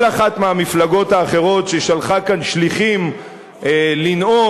כל אחת מהמפלגות האחרות ששלחה כאן שליחים לנאום,